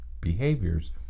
behaviors